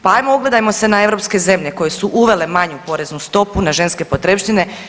Pa hajmo ugledajmo se na europske zemlje koje su uvele manju poreznu stopu na ženske potrepštine.